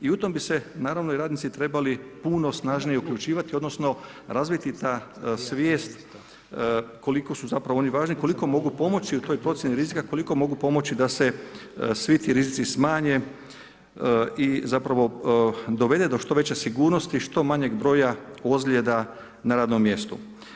I u tom bi se naravno i radnici trebali puno snažnije uključivati, odnosno razviti ta svijest koliko su zapravo oni važni, koliko mogu pomoći u toj procjeni rizika, koliko mogu pomoći da se svi ti rizici smanje i zapravo dovede do što veće sigurnosti, što manjeg broja ozljeda na radnom mjestu.